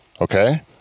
okay